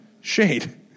shade